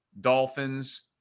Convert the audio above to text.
Dolphins